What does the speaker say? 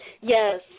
Yes